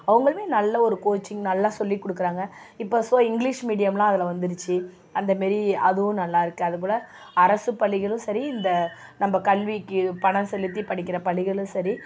அவங்களுமே நல்ல ஒரு கோச்சிங் நல்லா சொல்லிக் கொடுக்குறாங்க இப்போ ஸோ இங்கிலீஸ் மீடியம்லாம் அதில் வந்துடுச்சி அந்த மாரி அதுவும் நல்லாயிருக்கு அது போல் அரசுப் பள்ளிகளும் சரி இந்த நம்ம கல்விக்கு பணம் செலுத்தி படிக்கிற பள்ளிகளும் சரி